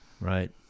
Right